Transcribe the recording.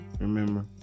Remember